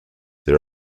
there